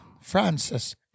Francis